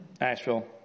Asheville